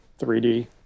3D